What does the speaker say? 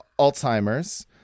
alzheimer's